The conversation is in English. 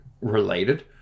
related